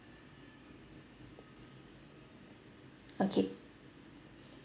okay